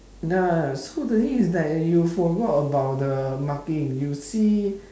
ya so the thing is that you forgot about the marking you see